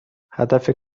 هدف